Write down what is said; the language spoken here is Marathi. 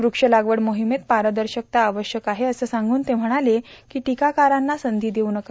वृक्षलागवड मोहीमेत पारदर्शकता आवश्यक आहे असं सांगून ते म्हणाले की टिकाकारांना संधी देऊ नका